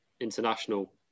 international